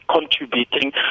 contributing